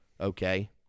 okay